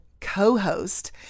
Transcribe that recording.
co-host